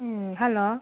ꯎꯝ hello